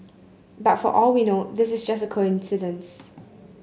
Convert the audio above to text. but for all we know this is just a coincidence